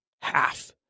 half